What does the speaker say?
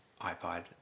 iPod